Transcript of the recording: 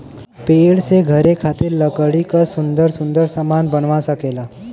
पेड़ से घरे खातिर लकड़ी क सुन्दर सुन्दर सामन बनवा सकेला